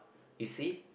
you see